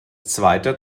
zweiter